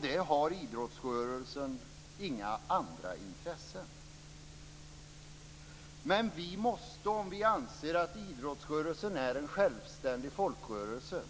Där har idrottsrörelsen inga andra intressen. Men vi måste om vi anser att idrottsrörelsen är en självständig folkrörelse